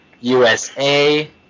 USA